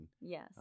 Yes